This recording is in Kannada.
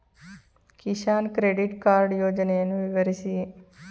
ಕಿಸಾನ್ ಕ್ರೆಡಿಟ್ ಕಾರ್ಡ್ ಯೋಜನೆಯನ್ನು ವಿವರಿಸಿ?